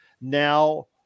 now